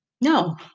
No